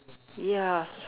ya